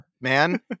man